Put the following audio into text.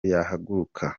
yahagurukaga